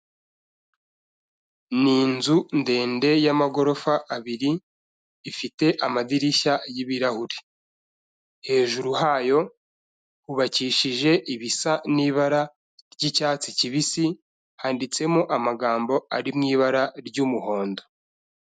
Ni inzu ndende y'amagorofa abiri, ifite amadirishya y'ibirahuri, hejuru hayo hubakishije ibisa n'ibara ry'icyatsi kibisi, handitsemo amagambo ari mu ibara ry'umuhondo.